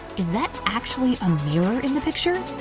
is that actually a mirror in the picture?